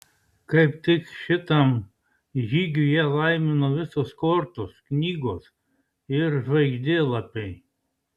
kaip tik šitam žygiui ją laimino visos kortos knygos ir žvaigždėlapiai